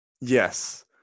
Yes